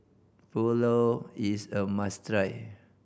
pulao is a must try